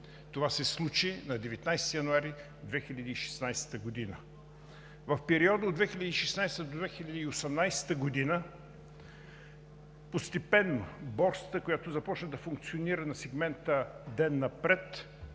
Това се случи на 19 януари 2016 г. В периода от 2016 г. до 2018 г. постепенно Борсата, която започна да функционира на сегмента „Ден напред“,